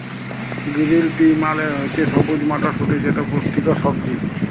গিরিল পি মালে হছে সবুজ মটরশুঁটি যেট পুষ্টিকর সবজি